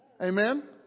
Amen